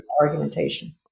argumentation